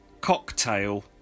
Cocktail